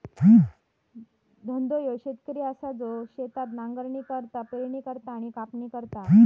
धन्ना ह्यो शेतकरी असा जो शेतात नांगरणी करता, पेरणी करता आणि कापणी करता